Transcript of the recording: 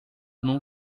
num